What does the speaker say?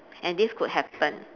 and this could happen